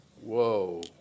Whoa